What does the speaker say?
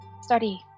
study